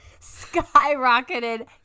skyrocketed